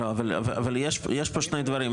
אבל יש פה שני דברים.